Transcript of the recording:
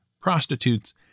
prostitutes